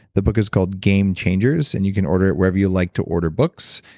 the book is called game changers and you can order it wherever you like to order books,